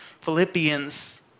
Philippians